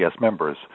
members